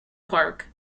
park